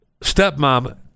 stepmom